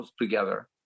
together